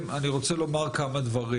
רוצה לומר כמה דברים.